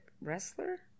wrestler